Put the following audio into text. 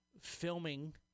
filming